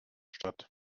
statt